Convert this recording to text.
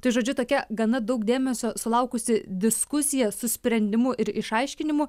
tai žodžiu tokia gana daug dėmesio sulaukusi diskusija su sprendimu ir išaiškinimu